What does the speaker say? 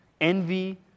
envy